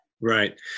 Right